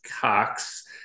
Cox